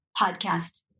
podcast